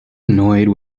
annoyed